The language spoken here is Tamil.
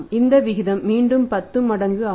இந்த விகிதம் மீண்டும் 10 மடங்கு ஆகும்